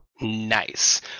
Nice